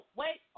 wait